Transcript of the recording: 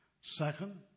Second